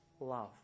love